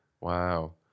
Wow